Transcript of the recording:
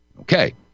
Okay